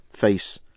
face